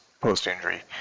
post-injury